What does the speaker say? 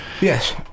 Yes